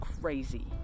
crazy